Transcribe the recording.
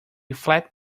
flat